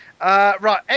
Right